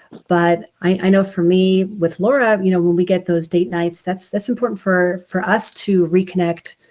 but i know for me with laura you know, when we get those date nights, that's that's important for for us to reconnect